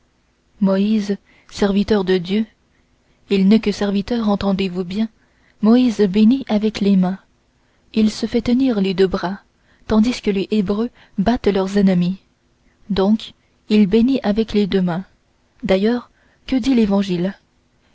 moïse serviteur de dieu il n'est que serviteur entendezvous bien moïse bénit avec les mains il se fait tenir les deux bras tandis que les hébreux battent leurs ennemis donc il bénit avec les deux mains d'ailleurs que dit l'évangile